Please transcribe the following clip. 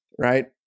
Right